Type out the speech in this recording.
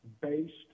based